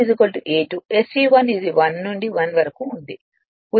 మరియు ఈ E2 a2 SE1 ఇది 1 నుండి 1 వరకు ఉంటుంది